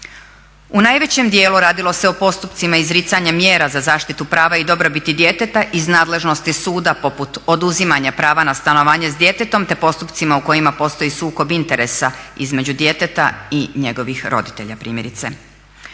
U najvećem dijelu radilo se o postupcima izricanja mjera za zaštitu prava i dobrobiti djeteta iz nadležnosti suda poput oduzimanja prava na stanovanje s djetetom te postupcima u kojima postoji sukob interesa između djeteta i njegovih roditelja primjerice.